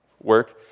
work